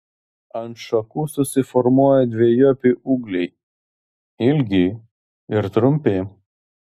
ant šakų susiformuoja dvejopi ūgliai ilgi ir trumpi